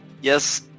Yes